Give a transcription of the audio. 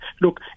look